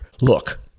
Look